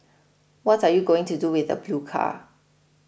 what are you going to do with the blue car